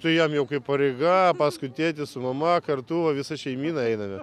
tai jam jau kaip pareiga paskui tėtį su mama kartu visa šeimyna einame